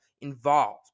involved